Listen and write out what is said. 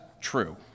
true